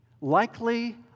likely